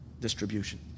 distribution